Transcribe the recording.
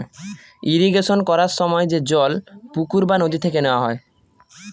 irrigation করার সময় যে জল পুকুর বা নদী থেকে নেওয়া হয়